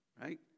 Right